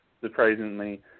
surprisingly